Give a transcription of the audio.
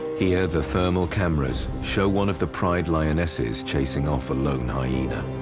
here the thermal cameras show one of the pride lionesses chasing off a lone hyena.